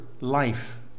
life